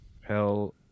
hell